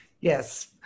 Yes